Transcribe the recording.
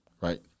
right